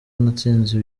natsinze